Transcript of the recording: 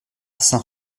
saint